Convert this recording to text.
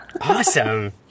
Awesome